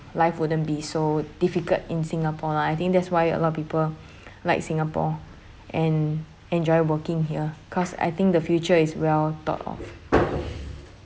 life wouldn't be so difficult in singapore lah I think that's why a lot of people like singapore and enjoy working here cause I think the future is well thought of